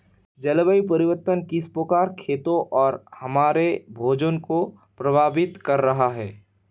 जलवायु परिवर्तन किस प्रकार खेतों और हमारे भोजन को प्रभावित कर रहा है?